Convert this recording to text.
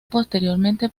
posteriormente